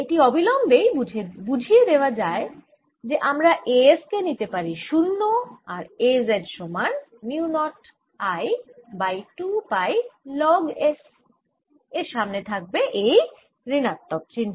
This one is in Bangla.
এটি অবিলম্বে বুঝিয়ে দেয় যে আমরা A s কে নিতে পারি 0 আর A z সমান mu naught I by 2 pi log s এর সামনে থাকবে একটি ঋণাত্মক চিহ্ন